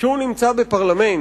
שהוא נמצא בפרלמנט,